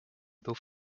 both